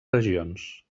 regions